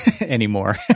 anymore